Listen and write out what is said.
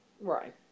Right